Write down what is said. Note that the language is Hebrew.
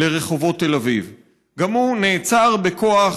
מדובר במכת חברה,